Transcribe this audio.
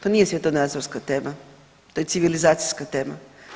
To nije svjetonazorska tema, to je civilizacijska tema.